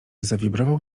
zawibrował